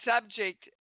subject